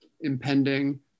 impending